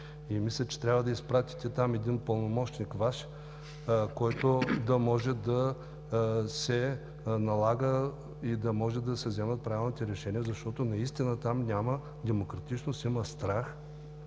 Мисля, че трябва да изпратите там Ваш пълномощник, който да може да се налага и да може да се вземат правилните решения, защото наистина там няма демократичност, има страх,